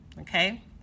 Okay